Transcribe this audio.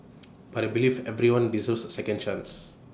but I believe everyone deserves A second chance